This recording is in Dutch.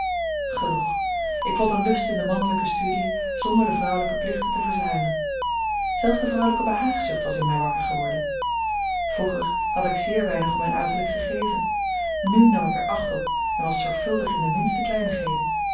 genoeg ik vond een lust in de mannelijke studiën zonder de vrouwelijke plichten te verzuimen zelfs de vrouwelijke behaagzucht was in mij wakker geworden vroeger had ik zeer weinig om mijn uiterlijk gegeven nu nam ik er acht op en was zorgvuldig in de minste kleinigheden